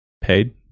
paid